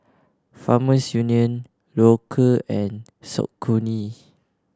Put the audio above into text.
Farmers Union Loacker and Saucony